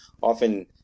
often